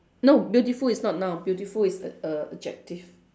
no beautiful is not noun beautiful is err err adjective